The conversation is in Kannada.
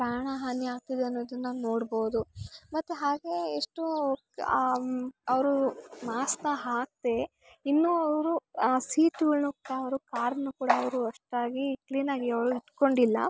ಪ್ರಾಣಹಾನಿ ಆಗ್ತಿದೆ ಅನ್ನೋದನ್ನ ನೋಡ್ಬೋದು ಮತ್ತು ಹಾಗೆ ಎಷ್ಟು ಅವರು ಮಾಸ್ಕ್ನ ಹಾಕದೆ ಇನ್ನೂ ಅವರು ಆ ಸೀಟ್ಗಳ್ನು ಕಾರು ಕಾರನ್ನು ಕೂಡ ಅವರು ಅಷ್ಟಾಗಿ ಕ್ಲೀನಾಗಿ ಅವರು ಇಟ್ಕೊಂಡಿಲ್ಲ